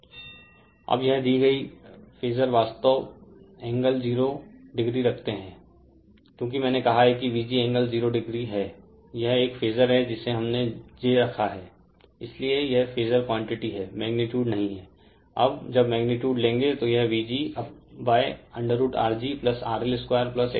Refer Slide Time 2159 अबयह दी गई फेजर वास्तव एंगल 0o रखते हैं क्योंकि मैने कहा है कि Vg एंगल 0o हैं यह एक फेजर है जिसे हमने j रखा है इसलिए यह फेजर क्वांटिटी हैं मैगनीटुडनहीं है अब जब मैगनीटुड लेंगेतो यह Vg√RgRL2xg2